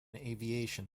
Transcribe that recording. aviation